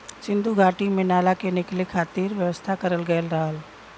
सिन्धु घाटी में नाला के निकले खातिर व्यवस्था करल गयल रहल